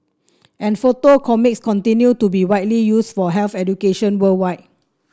and photo comics continue to be widely used for health education worldwide